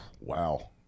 Wow